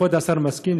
כבוד השר מסכים,